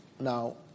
Now